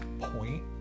point